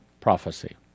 PROPHECY